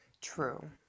True